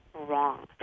wrong